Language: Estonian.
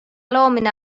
loomine